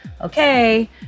okay